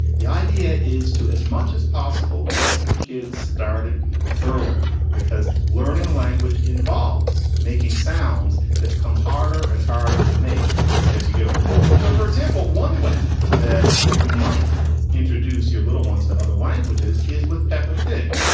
the idea is to as much as possible get your kids started early because learning a language involves making sounds that become harder and harder to make as you get older. so, for example, one way that you might introduce your little ones to other languages is with peppa pig.